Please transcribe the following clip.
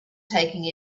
taking